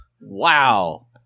Wow